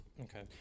Okay